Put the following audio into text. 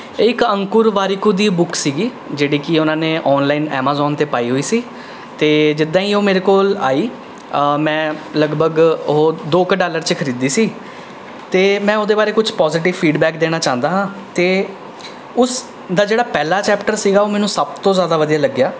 ਇਹ ਇੱਕ ਅੰਕੁਰ ਵਾਰਿਕੂ ਦੀ ਬੁੱਕ ਸੀ ਜਿਹੜੀ ਕਿ ਉਹਨਾਂ ਨੇ ਔਨਲਾਈਨ ਐਮਾਜ਼ਾਨ 'ਤੇ ਪਾਈ ਹੋਈ ਸੀ ਅਤੇ ਜਿੱਦਾਂ ਹੀ ਉਹ ਮੇਰੇ ਕੋਲ ਆਈ ਮੈਂ ਲਗਭਗ ਉਹ ਦੋ ਕੁ ਡਾਲਰ 'ਚ ਖਰੀਦੀ ਸੀ ਅਤੇ ਮੈਂ ਉਹਦੇ ਬਾਰੇ ਕੁੱਛ ਪੋਜ਼ੀਟਿਵ ਫੀਡਬੈਕ ਦੇਣਾ ਚਾਹੁੰਦਾ ਹਾਂ ਅਤੇ ਉਸ ਦਾ ਜਿਹੜਾ ਪਹਿਲਾ ਚੈਪਟਰ ਸੀ ਉਹ ਮੈਨੂੰ ਸਭ ਤੋਂ ਜ਼ਿਆਦਾ ਵਧੀਆ ਲੱਗਿਆ